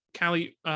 Callie